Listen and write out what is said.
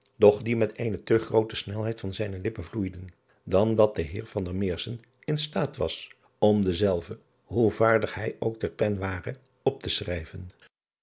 die met eene teg roote snelheid van zijne lippen vloeiden dan dat de eer in staat was om dezelve hoe vaardig hij ook ter pen ware op te schrijven